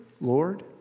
Lord